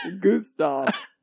Gustav